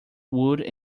wood